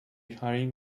hurrying